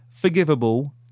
forgivable